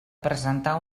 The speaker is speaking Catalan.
presentar